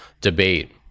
debate